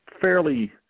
fairly